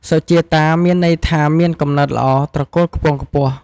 សុជាតា មានន័យថាមានកំណើតល្អ ត្រកូលខ្ពង់ខ្ពស់។